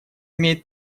имеет